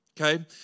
Okay